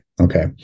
okay